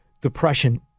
depression